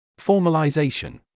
Formalization